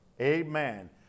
amen